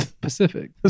Pacific